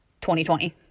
2020